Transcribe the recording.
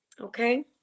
Okay